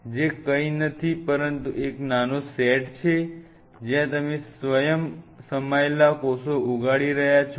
જે કંઈ નથી પરંતુ એક નાનો સેટ છે જ્યાં તમે સ્વયં સમાયેલ કોષો ઉગાડી રહ્યા છો